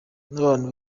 n’abantu